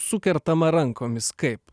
sukertama rankomis kaip